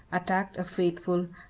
attacked a faithful,